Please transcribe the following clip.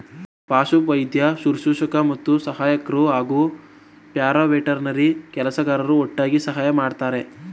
ಪಶುವೈದ್ಯ ಶುಶ್ರೂಷಕ ಮತ್ತು ಸಹಾಯಕ್ರು ಹಾಗೂ ಪ್ಯಾರಾವೆಟರ್ನರಿ ಕೆಲಸಗಾರರು ಒಟ್ಟಿಗೆ ಸಹಾಯ ಮಾಡ್ತರೆ